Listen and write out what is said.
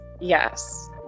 Yes